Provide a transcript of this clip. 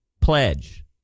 pledge